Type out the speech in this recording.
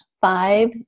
five